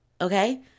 Okay